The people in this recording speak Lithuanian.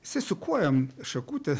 jisai su kojom šakutę